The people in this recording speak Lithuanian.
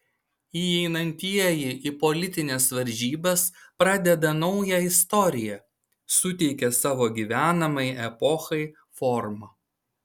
įeinantieji į politines varžybas pradeda naują istoriją suteikia savo gyvenamai epochai formą